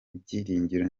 ibyiringiro